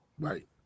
Right